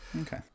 Okay